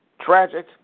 tragic